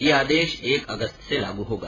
ये आदेश एक अगस्त से लागू होगा